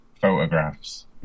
photographs